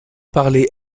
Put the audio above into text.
parler